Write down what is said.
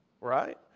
right